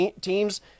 team's